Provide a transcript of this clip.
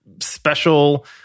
special